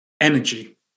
energy